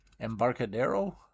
Embarcadero